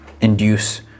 induce